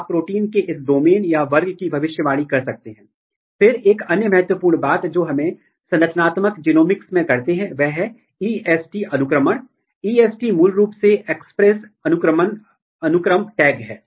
आपका प्रोटीन स्थायी या कोवैलेंटिली डीएनए से बाध्य होगा और फिर आप कुल क्रोमेटिन को निकालते हैं एक छोटा सा फ्रेगमेंट बनाते हैं और या तो सीधे अपने प्रोटीन के खिलाफ एंटीबॉडी का उपयोग करते हैं या आपके पास अपने प्रोटीन से जुड़े कुछ टैग हैं